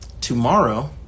tomorrow